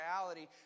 reality